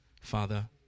Father